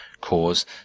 cause